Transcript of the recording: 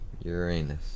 Uranus